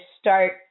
start